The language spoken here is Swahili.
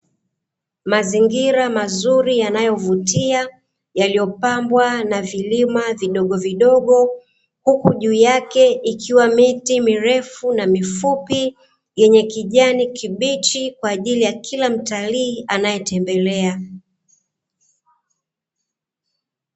Mazingira mazuri yanayovutia yaliyopambwa na vilima vidogo vidogo, huku juu yake ikiwa miti mirefu na mifupi, yenye kijani kibichi kwa ajili ya kila mtalii anayetembelea.